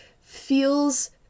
feels